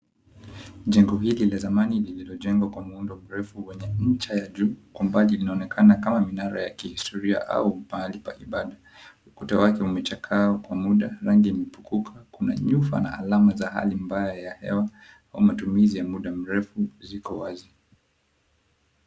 Jengo hili la zamani lililojengwa kwa muundo mrefu wenye ncha ya juu. Kwa umbali linaonekana kama minara ya kihistoria au pahali pa ibada. Ukuta wake umechakaa kwa muda, rangi imepukuka. Kuna nyufa na alama za hali mbaya ya hewa wa matumizi ya muda mrefu ziko wazi.